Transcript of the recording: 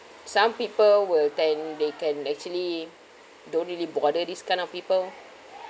some people will tend they can actually don't really bother this kind of people